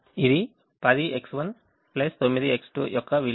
ఇది 10X1 9X2 యొక్క విలువ